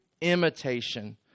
imitation